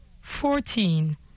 fourteen